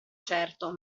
certo